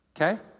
okay